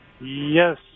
Yes